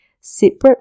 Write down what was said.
separate